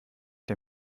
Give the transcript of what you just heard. der